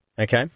okay